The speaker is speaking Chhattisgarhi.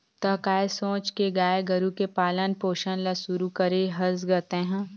त काय सोच के गाय गरु के पालन पोसन ल शुरू करे हस गा तेंहा?